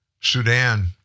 Sudan